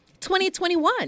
2021